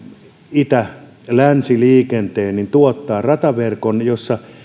itä länsi liikenteessä tuottaa rataverkon